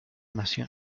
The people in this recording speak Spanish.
nación